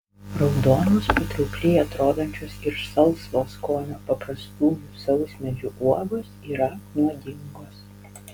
raudonos patraukliai atrodančios ir salsvo skonio paprastųjų sausmedžių uogos yra nuodingos